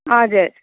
हजुर